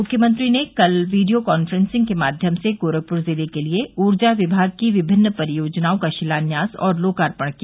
मुख्यमंत्री ने कल वीडियो काफ्रेंसिंग के माध्यम से गोरखपुर जिले के लिये ऊर्जा विभाग की विभिन्न परियोजनाओं का शिलान्यास और लोकपण किया